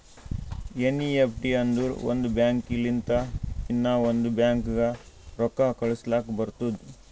NEFT ಅಂದುರ್ ಒಂದ್ bank ಲಿಂತ ಇನ್ನಾ ಒಂದ್ ಬ್ಯಾಂಕ್ಗ ರೊಕ್ಕಾ ಕಳುಸ್ಲಾಕ್ ಬರ್ತುದ್